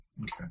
Okay